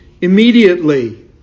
immediately